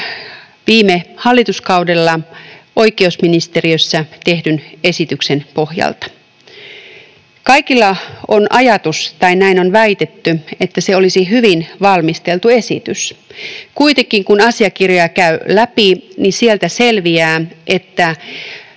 viime hallituskaudella oikeusministeriössä tehdyn esityksen pohjalta. Kaikilla on ajatus — tai näin on väitetty — että se olisi hyvin valmisteltu esitys. Kuitenkin kun asiakirjoja käy läpi, sieltä selviää, että